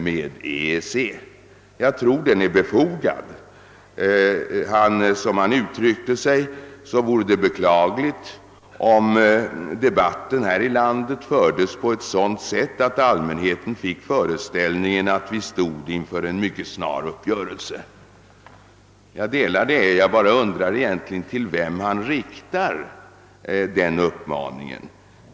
Jag tror att denna varning är befogad. Som han uttryckte sig vore det beklagligt, om debatten här i landet fördes på ett sådant sätt att allmänheten finge föreställningen att man stode inför en mycket snar uppgörelse. Jag undrar egentligen bara till vem han riktade denna uppmaning.